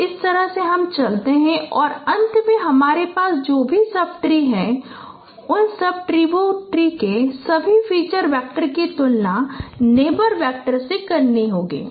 तो इस तरह से हम चलते हैं और अंत में हमारे पास जो भी सब ट्री हैं हमें उन सब ट्री में सभी फ़ीचर वैक्टर की तुलना नेबर वैक्टर से करनी होगी